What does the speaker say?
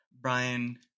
Brian